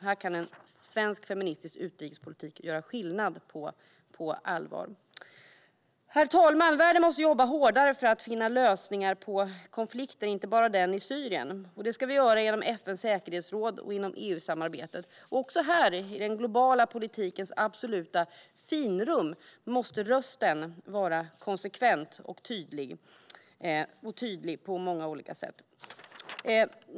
Här kan en svensk feministisk utrikespolitik på allvar göra skillnad. Herr talman! Världen måste jobba hårdare för att finna lösningar på konflikter, inte bara den i Syrien. Det ska vi göra genom FN:s säkerhetsråd och inom EU-samarbetet. Också här i den globala politikens absoluta finrum måste rösten vara konsekvent och tydlig på många olika sätt.